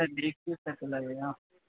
तब ग्रीस उस कैसे लगेगा